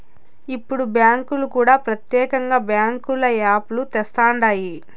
ఇప్పుడు బ్యాంకులు కూడా ప్రత్యేకంగా బ్యాంకుల యాప్ లు తెస్తండాయి